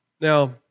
Now